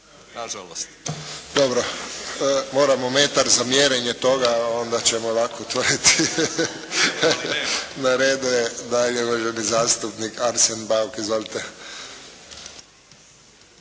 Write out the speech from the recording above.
(HSS)** Dobro. Moramo metar za mjerenje toga, a onda ćemo lako utvrditi. Na redu je dalje uvaženi zastupnik Arsen Bauk. Izvolite.